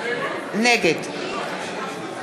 נגד